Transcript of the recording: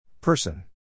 PERSON